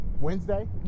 Wednesday